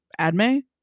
Adme